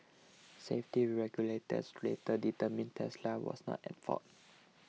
safety regulators later determined Tesla was not at fault